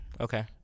Okay